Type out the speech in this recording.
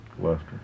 Lester